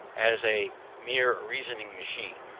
as a mere reasoning machine,